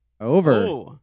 Over